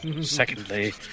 Secondly